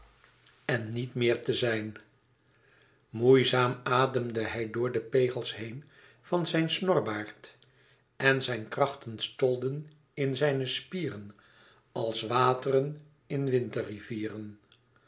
en niet meer te zijn moeizaam ademde hij door de pegels heen van zijn snorbaard en zijn krachten stolden in zijne spieren als wateren in